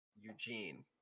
Eugene